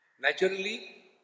Naturally